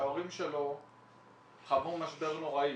שההורים שלו חוו משבר נוראי,